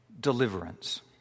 deliverance